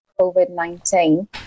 COVID-19